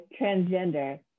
transgender